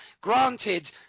granted